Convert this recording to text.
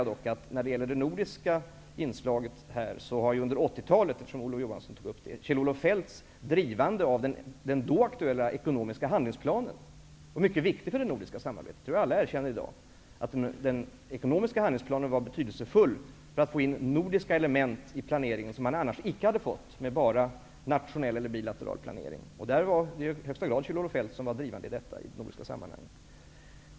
Det nordiska inslaget där under 80-talet, som ju Olof Johansson tog upp, var Kjell-Olof Feldts drivande av den då aktuella ekonomiska handlingsplanen. Den var mycket viktig för det nordiska samarbetet. Alla erkänner i dag att den ekonomiska handlingsplanen var betydelsefull för att få in nordiska element i planeringen, som man annars inte hade fått med bara nationell eller bilateral planering. Där var i allra högsta grad Kjell-Olof Feldt drivande.